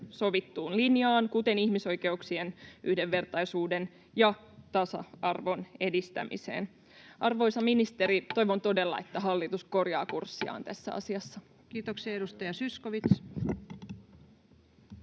sovittuun linjaan, kuten ihmisoikeuksien, yhdenvertaisuuden ja tasa-arvon edistämiseen. Arvoisa ministeri, toivon todella, että hallitus korjaa kurssiaan tässä asiassa. Kiitoksia. — Edustaja Zyskowicz.